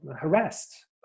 harassed